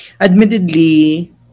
Admittedly